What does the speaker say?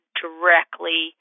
directly